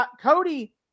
Cody